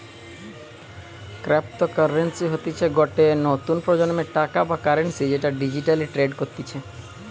cryptocurrency হতিছে গটে নতুন প্রজন্মের টাকা বা কারেন্সি যেটা ডিজিটালি ট্রেড করতিছে